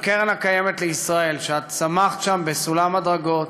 הקרן הקיימת לישראל, שאת צמחת שם בסולם הדרגות,